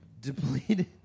depleted